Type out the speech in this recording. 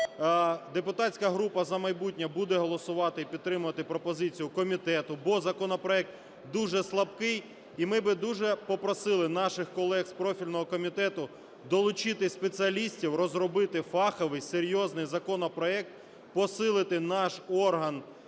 Депутатська група "За майбутнє" буде голосувати і підтримувати пропозицію комітету, бо законопроект дуже слабкий, і ми б дуже попросили наших колег з профільного комітету долучити спеціалістів, розробити фаховий, серйозний законопроект, посилити наш орган